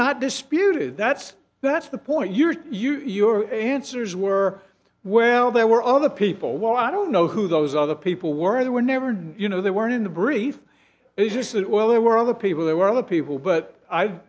not disputed that's that's the point you're you you're answers were well there were other people well i don't know who those other people were there were never no you know they weren't in the brief is that oil there were other people there were other people but i